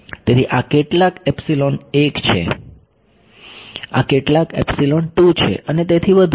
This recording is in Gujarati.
તેથી આ કેટલાક એપ્સીલોન 1 છે આ કેટલાક છે અને તેથી વધુ